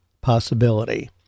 possibility